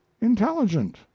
intelligent